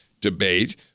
debate